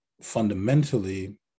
fundamentally